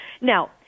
Now